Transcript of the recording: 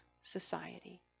society